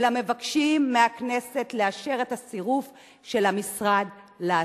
אלא מבקשים מהכנסת לאשר את הסירוב של המשרד לעשות.